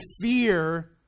fear